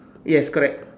yes correct